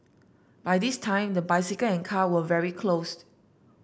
by this time the bicycle and car were very closed